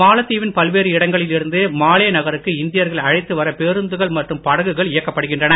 மாலத் தீவின் பல்வேறு இடங்களில் இருந்து மாலே நகருக்கு இந்தியர்களை அழைத்து வர பேருந்துகள் மற்றும் படகுகள் இயக்கப்படுகின்றன